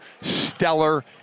stellar